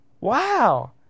wow